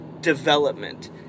development